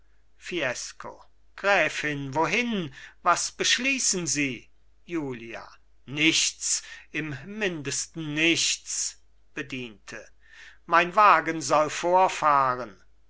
fiesco gräfin wohin was beschließen sie julia nichts im mindesten nichts bediente mein wagen soll vorfahren